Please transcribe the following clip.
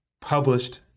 published